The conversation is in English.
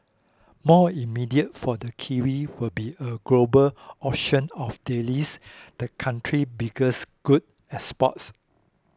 more immediate for the kiwi will be a global auction of dairies the country's biggest goods exports